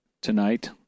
tonight